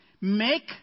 make